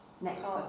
Next